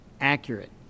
accurate